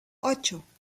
ocho